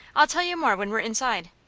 i'll tell you more when we're inside.